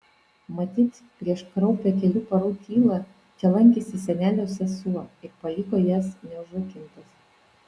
matyt prieš kraupią kelių parų tylą čia lankėsi senelio sesuo ir paliko jas neužrakintas